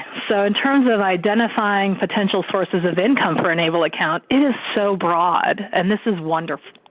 so in terms of identifying potential sources of income for and able account. it is so broad and this is wonderful.